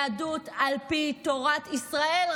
יהדות על פי תורת ישראל,